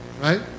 right